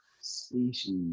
species